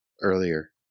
earlier